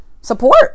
support